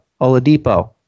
Oladipo